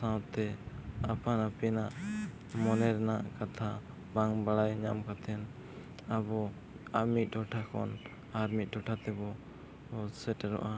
ᱥᱟᱶᱛᱮ ᱟᱯᱟᱱᱼᱟᱹᱯᱤᱱᱟᱜ ᱢᱚᱱᱮ ᱨᱮᱱᱟᱜ ᱠᱟᱛᱷᱟ ᱵᱟᱝ ᱵᱟᱲᱟᱭ ᱧᱟᱢ ᱠᱟᱛᱮᱫ ᱟᱵᱚ ᱟᱨ ᱢᱤᱫ ᱴᱚᱴᱷᱟ ᱠᱷᱚᱱ ᱟᱨ ᱢᱤᱫ ᱴᱚᱴᱷᱟ ᱛᱮᱵᱚᱱ ᱥᱮᱴᱮᱨᱚᱜᱼᱟ